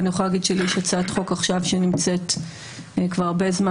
אני יכולה להגיד שלי יש הצעת חוק שנמצאת כבר הרבה זמן,